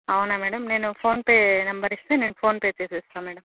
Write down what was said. అవునా మేడం నేను PhonePe number ఇస్తే నేను ఫోన్ చేస్తాను మేడం